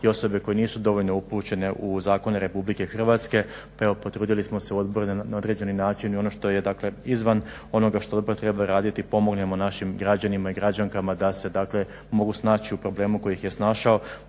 i osobe koje nisu dovoljno upućene u zakone Republike Hrvatske, pa evo potrudili smo se u Odboru na određeni način i ono što je, dakle izvan onoga što Odbor treba raditi pomognemo našim građanima i građankama da se, dakle mogu snaći u problemu koji ih je snašao,